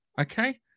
okay